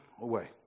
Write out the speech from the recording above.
away